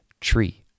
tree